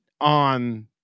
on